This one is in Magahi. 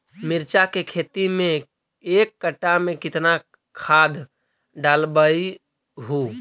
मिरचा के खेती मे एक कटा मे कितना खाद ढालबय हू?